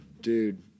Dude